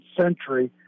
century